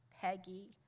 Peggy